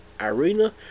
Irina